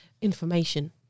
information